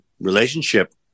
relationship